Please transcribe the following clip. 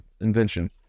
invention